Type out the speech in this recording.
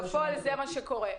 אבל בפועל זה מה שקורה.